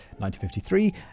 1953